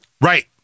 Right